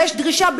יש דרישה.